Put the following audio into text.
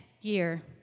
year